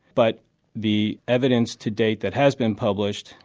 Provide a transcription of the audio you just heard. but the evidence to date that has been published,